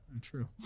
True